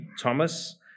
Thomas